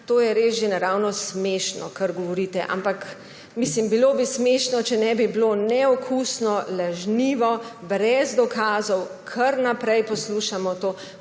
To je res že naravnost smešno, kar govorite. Bilo bi smešno, če ne bi bilo neokusno, lažnivo. Brez dokazov kar naprej poslušamo to.